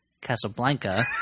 Casablanca